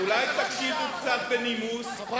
אולי תקשיבו קצת בנימוס כדי שתדעו על מה אתם מדברים.